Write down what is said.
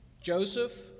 Joseph